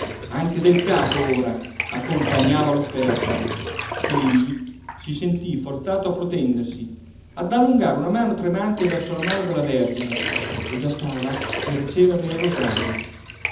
anche del capo ora accompagnava l'offerta che egli si sentì forzato a protendersi ad allungare una mano tremante verso la mano della vergine e già stava per riceverne il rosario